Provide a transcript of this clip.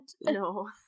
No